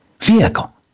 vehicle